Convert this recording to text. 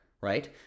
right